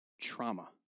Trauma